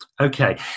okay